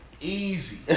easy